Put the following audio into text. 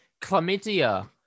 chlamydia